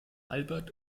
albert